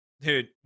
dude